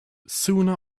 sooner